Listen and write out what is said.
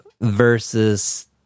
versus